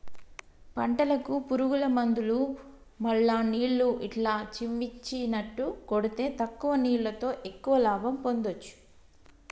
పంటలకు పురుగుల మందులు మల్ల నీళ్లు ఇట్లా చిమ్మిచినట్టు కొడితే తక్కువ నీళ్లతో ఎక్కువ లాభం పొందొచ్చు